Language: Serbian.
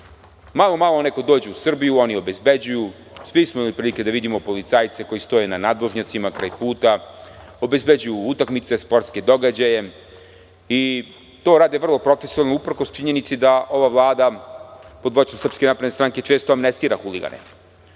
Malo, malo neko dođe u Srbiju, oni obezbeđuju. Svi smo imali prilike da vidimo policajce koji stoje na nadvožnjacima, kraj puta, obezbeđuju utakmice, sportske događaje i to rade vrlo profesionalno uprkos činjenici da ova Vlada pod vođstvom Srpske napredne stranke često amnestira huligane